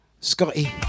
Scotty